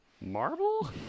marble